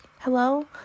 Hello